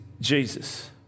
Jesus